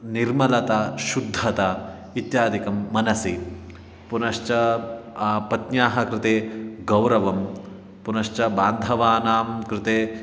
निर्मलता शुद्धता इत्यादिकं मनसि पुनश्च पत्न्याः कृते गौरवं पुनश्च बान्धवानां कृते